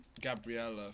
Gabriella